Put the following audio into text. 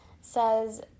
says